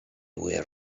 were